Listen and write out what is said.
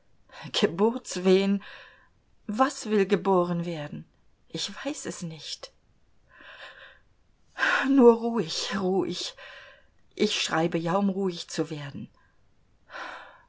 geburtswehen was will geboren werden ich weiß es nicht nur ruhig ruhig ich schreibe ja um ruhig zu werden